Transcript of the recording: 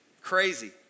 Crazy